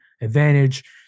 advantage